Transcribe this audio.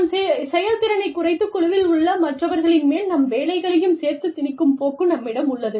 நம் செயல்திறனைக் குறைத்து குழுவில் உள்ள மற்றவர்களின் மேல் நம் வேலைகளையும் சேர்த்துத் திணிக்கும் போக்கு நம்மிடம் உள்ளது